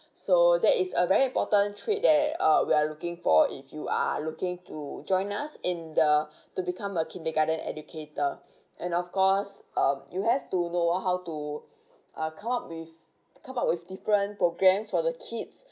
so that is a very important trait that um we're looking for if you are looking to join us in the to become a kindergarten educator and of course um you have to know how to um come up with come up with different programs for the kids